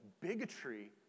bigotry